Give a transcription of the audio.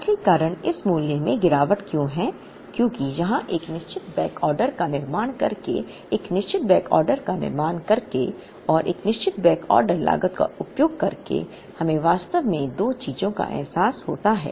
असली कारण इस मूल्य में गिरावट क्यों है क्योंकि यहाँ एक निश्चित बैकऑर्डर का निर्माण करके एक निश्चित बैकऑर्डर का निर्माण करके और एक निश्चित बैकऑर्डर लागत का उपयोग करके हमें वास्तव में दो चीजों का एहसास होता है